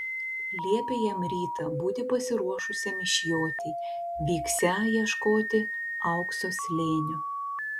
liepė jam rytą būti pasiruošusiam išjoti vyksią ieškoti aukso slėnio